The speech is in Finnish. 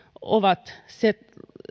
ovat se